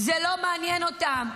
זה לא מעניין אותם.